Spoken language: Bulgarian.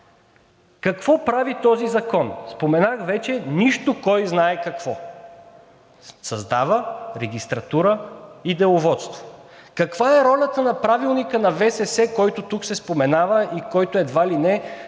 Какво прави този закон? Споменах вече: нищо кой знае какво, създава регистратура и деловодство. Каква е ролята на Правилника на ВСС, който тук се споменава и който едва ли не